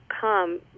come